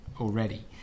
already